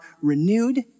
renewed